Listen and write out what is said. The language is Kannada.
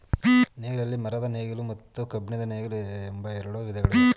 ನೇಗಿಲಿನಲ್ಲಿ ಮರದ ನೇಗಿಲು ಮತ್ತು ಕಬ್ಬಿಣದ ನೇಗಿಲು ಎಂಬ ಎರಡು ವಿಧಗಳಿವೆ